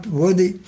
worthy